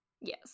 Yes